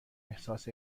احساس